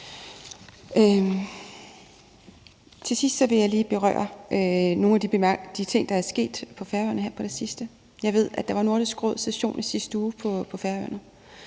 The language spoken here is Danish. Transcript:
Til sidst vil jeg lige berøre nogle af de ting, der er sket på Færøerne her på det seneste. Jeg ved, at der var Nordisk Råd-session i sidste uge på Færøerne,